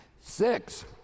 Six